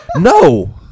No